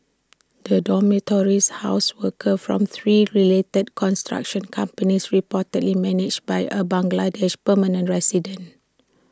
the dormitories housed workers from three related construction companies reportedly managed by A Bangladeshi permanent resident